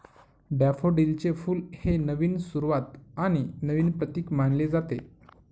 डॅफोडिलचे फुल हे नवीन सुरुवात आणि नवीन प्रतीक मानले जाते